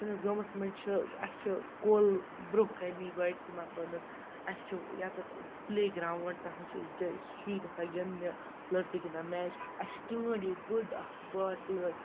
سٲنِس گامَس منٛز چھِ اَسہِ چھِ کۄل برٛونٛہہ کَنی گۄڈٕنٮ۪تھٕے مکانس اَسہِ چھُ ییٚتٮ۪تھ پٕلے گرٛاوُنٛڈ تَتھ منٛز چھِ أسۍ شُرۍ گَژھان گِنٛدنہِ لٔڑکہٕ گِنٛدان میچ اَسہِ چھِ ٹٲنٛڈۍ ییٚتہِ بٔڑ اَکھ بار ٹٲنٛڈ